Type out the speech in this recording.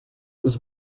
was